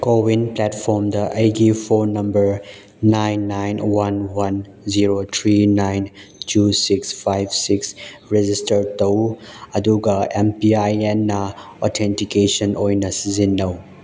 CoWIN ꯄ꯭ꯂꯦꯠꯐꯣꯝꯗ ꯑꯩꯒꯤ phone number nine nine one one zero three nine two six five six register ꯇꯧ ꯑꯗꯨꯒ M P I ꯑꯦꯟꯅ authentication ꯑꯣꯏꯅ ꯁꯤꯖꯤꯟꯅꯧ